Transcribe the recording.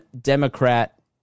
Democrat